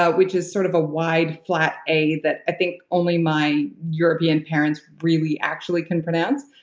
ah which is sort of a wide flat a that i think only my european parents really actually can pronounce.